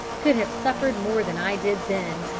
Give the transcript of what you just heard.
could have suffered more than i did then,